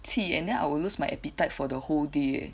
气 eh and then I will lose my appetite for the whole day eh